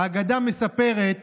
האגדה מספרת